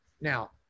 Now